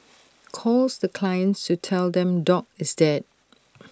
calls the clients to tell them dog is dead